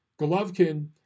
Golovkin